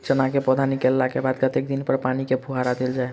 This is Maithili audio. चना केँ पौधा निकलला केँ बाद कत्ते दिन पर पानि केँ फुहार देल जाएँ?